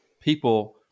people